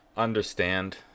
understand